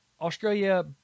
Australia